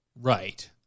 Right